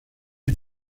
que